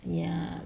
ya